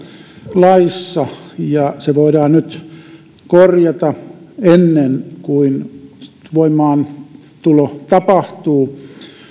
laissa ja se voidaan nyt korjata ennen kuin voimaantulo tapahtuu